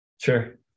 Sure